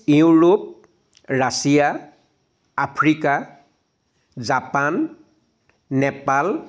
Europe Russia Africa Japan Nepal